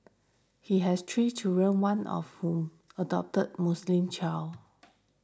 he has three children one of whom adopted Muslim child